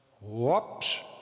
whoops